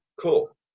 Cool